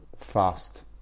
fast